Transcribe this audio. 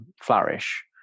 flourish